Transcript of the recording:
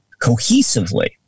cohesively